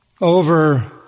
over